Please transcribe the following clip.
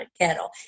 kettle